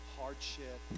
hardship